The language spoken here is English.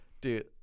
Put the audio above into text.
Dude